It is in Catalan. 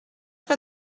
que